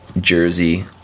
jersey